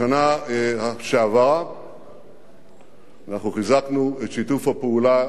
בשנה שעברה אנחנו חיזקנו את שיתוף הפעולה